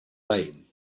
lane